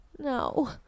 No